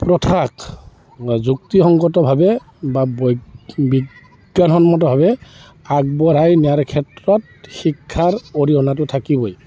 প্ৰথাত যুক্তিসংগতভাৱে বা বৈ বিজ্ঞানসন্মতভাৱে আগবঢ়াই নিয়াৰ ক্ষেত্ৰত শিক্ষাৰ অৰিহণাটো থাকিবই